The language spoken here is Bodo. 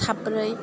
साब्रै